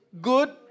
good